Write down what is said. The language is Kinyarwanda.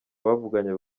bavuganye